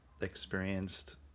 experienced